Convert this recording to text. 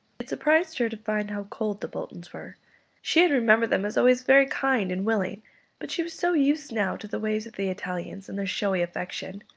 it surprised her to find how cold the boltons were she had remembered them as always very kind and willing but she was so used now to the ways of the italians and their showy affection,